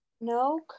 No